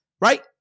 Right